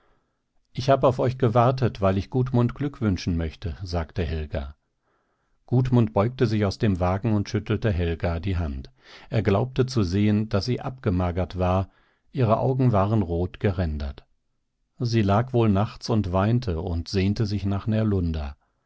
ich hab auf euch gewartet weil ich gudmund glück wünschen möchte sagte helga gudmund beugte sich aus dem wagen und schüttelte helga die hand er glaubte zu sehen daß sie abgemagert war ihre augen waren rot gerändert sie lag wohl nachts und weinte und sehnte sich nach